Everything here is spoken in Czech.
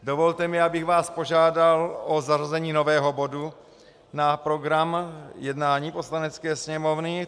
Dovolte mi, abych vás požádal o zařazení nového bodu na program jednání Poslanecké sněmovny.